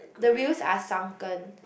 the wheels are sunken